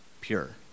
pure